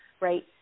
right